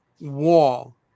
wall